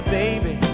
baby